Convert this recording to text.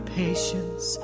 patience